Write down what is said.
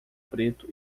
preto